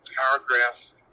paragraph